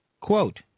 Quote